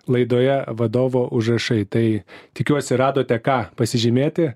laidoje vadovo užrašai tai tikiuosi radote ką pasižymėti